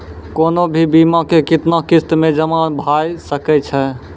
कोनो भी बीमा के कितना किस्त मे जमा भाय सके छै?